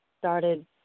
started